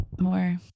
more